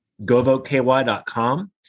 GoVoteKY.com